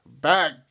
back